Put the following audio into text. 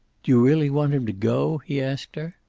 do you really want him to go? he asked her.